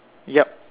yup